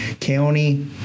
county